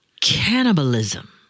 cannibalism